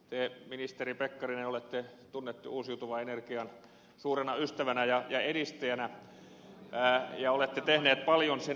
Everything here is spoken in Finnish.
te ministeri pekkarinen olette tunnettu uusiutuvan energian suurena ystävänä ja edistäjänä ja olette tehnyt paljon sen teen